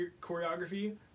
choreography